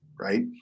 right